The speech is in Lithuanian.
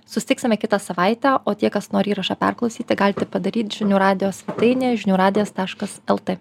susitiksime kitą savaitę o tie kas nori įrašą perklausyti galite padaryt žinių radijo svetainėj žinių radijas taškas lt